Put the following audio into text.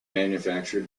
manufactured